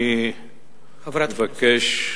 אני מבקש,